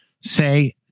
say